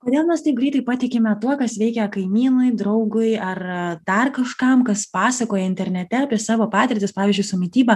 kodėl mes taip greitai patikime tuo kas veikia kaimynui draugui ar dar kažkam kas pasakoja internete apie savo patirtis pavyzdžiui su mityba